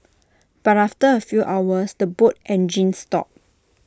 but after A few hours the boat engines stopped